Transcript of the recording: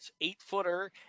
eight-footer